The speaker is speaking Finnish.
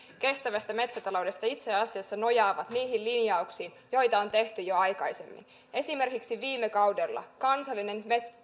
kestävästä metsätaloudesta itse asiassa nojaavat niihin linjauksiin joita on tehty jo aikaisemmin esimerkiksi viime kaudella tehty kansallinen